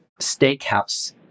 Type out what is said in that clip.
steakhouse